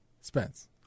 Spence